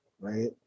Right